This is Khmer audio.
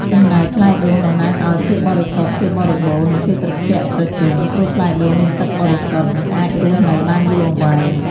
ចំណែកផ្លែដូង តំណាងឲ្យ ភាពបរិសុទ្ធ ភាពបរិបូណ៌ និងភាពត្រជាក់ត្រជុំ ព្រោះផ្លែដូងមានទឹកបរិសុទ្ធ និងអាចរស់នៅបានយូរអង្វែង។